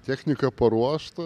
technika paruošta